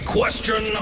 question